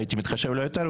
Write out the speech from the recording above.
הייתי מתחשב אולי יותר,